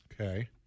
Okay